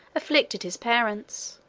afflicted his parents